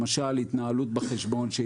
למשל: התנהלות בחשבון,